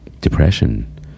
depression